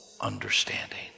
understanding